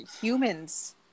humans